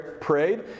prayed